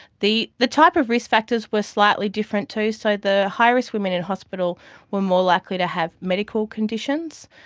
the the type of risk factors were slightly different too, so the high risk women in hospital were more likely to have medical conditions,